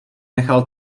nechal